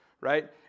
right